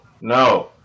No